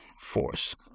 force